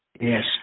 yes